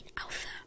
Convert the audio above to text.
Alpha